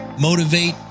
motivate